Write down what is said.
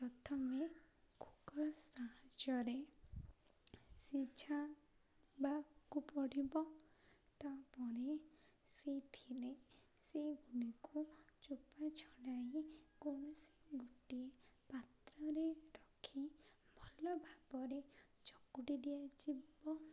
ପ୍ରଥମେ କୁକର୍ ସାହାଯ୍ୟରେ ସିଝବାକୁ ପଡ଼ିବ ତାପରେ ସେଇଥିରେ ସେଇଗୁଡ଼ିକୁ ଚୋପା ଛଡ଼ାଇ କୌଣସି ଗୋଟିଏ ପାତ୍ରରେ ରଖି ଭଲ ଭାବରେ ଚକୁଟି ଦିଆଯିବ